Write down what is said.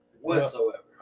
whatsoever